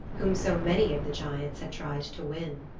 whom so many of the giants had tried to win.